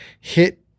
hit